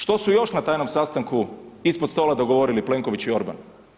Što su još na tajnom sastanku ispod stola dogovorili Plenković i Orban?